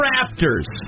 Raptors